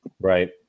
Right